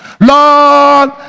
lord